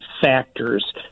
factors